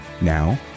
Now